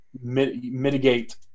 mitigate